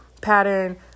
pattern